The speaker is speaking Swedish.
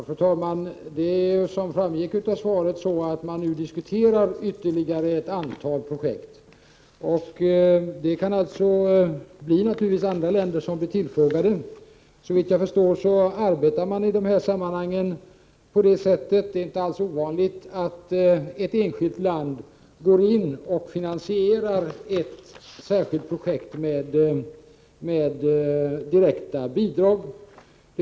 Fru talman! Som framgick av svaret diskuterar man nu ytterligare ett antal projekt. Naturligtvis kan andra länder bli tillfrågade. Såvitt jag förstår arbetar man i dessa sammanhang så — och det är inte ovanligt — att ett enskilt land går in och finansierar ett särskilt projekt med direkta bidrag.